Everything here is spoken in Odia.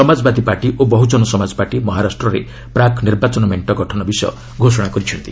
ସମାଜାବଦୀ ପାର୍ଟି ଓ ବହୁଜନ ସମାଜ ପାର୍ଟି ମହାରାଷ୍ଟ୍ରରେ ପ୍ରାକ୍ ନିର୍ବାଚନ ମେଣ୍ଟ ଗଠନ ବିଷୟ ଘୋଷଣା କରିଛନ୍ତି